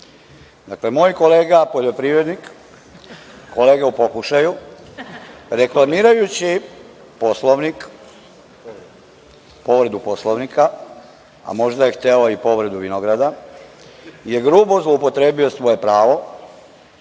stav 8. Moj kolega poljoprivrednik, kolega u pokušaju reklamirajući Poslovnik, povredu Poslovnika, a možda je hteo i povredu vinograda je grubo zloupotrebio svoje pravo